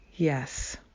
Yes